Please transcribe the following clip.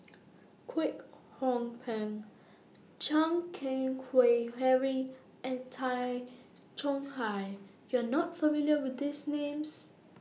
Kwek Hong Png Chan Keng Howe Harry and Tay Chong Hai YOU Are not familiar with These Names